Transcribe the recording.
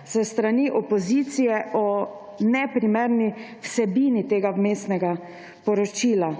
s strani opozicije o neprimerni vsebini tega vmesnega poročila.